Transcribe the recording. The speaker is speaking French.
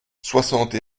soixante